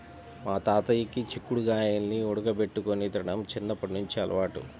మా తాతయ్యకి చిక్కుడు గాయాల్ని ఉడకబెట్టుకొని తినడం చిన్నప్పట్నుంచి అలవాటు